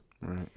right